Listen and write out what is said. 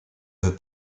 veux